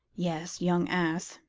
yes young ass!